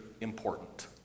important